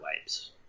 wipes